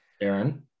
Aaron